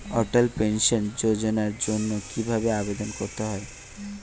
অটল pension যোজনার জন্য কি ভাবে আবেদন করতে হয়?